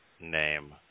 name